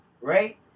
right